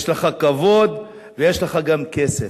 יש לך כבוד ויש לך גם כסף,